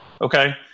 Okay